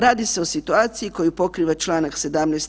Radi se o situaciji koju pokriva čl. 17.